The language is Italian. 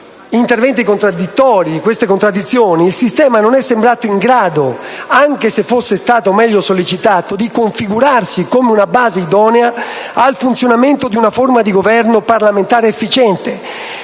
questi interventi contraddittori, il sistema non è sembrato in grado, anche se fosse stato meglio sollecitato, di configurarsi come una base idonea al funzionamento di una forma di Governo parlamentare efficiente,